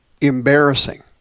embarrassing